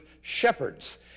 shepherds